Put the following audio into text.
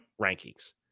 Rankings